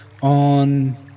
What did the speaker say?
on